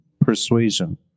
persuasion